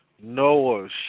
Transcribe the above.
Noah